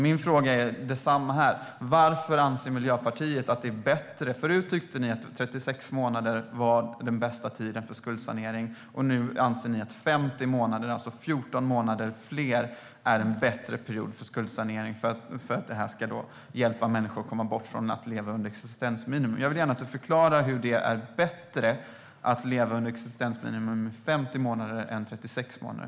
Tidigare tyckte Miljöpartiet att 36 månader var den bästa tiden för skuldsanering. Nu anser ni att 50 månader, alltså 14 månader till, är en bättre period för skuldsanering och för att hjälpa människor att komma bort från att leva på existensminimum. Jag vill gärna att du, Camilla Hansén, förklarar varför det är bättre att leva på existensminimum under 50 månader än under 36 månader.